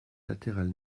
latéral